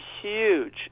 huge